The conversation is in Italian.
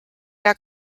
era